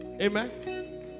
Amen